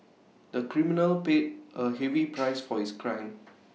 the criminal paid A heavy price for his crime